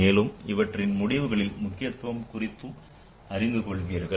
மேலும் இவற்றின் முடிவுகளில் முக்கியத்துவம் குறித்தும் அறிந்து கொள்வீர்கள்